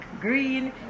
green